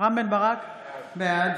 רם בן ברק, בעד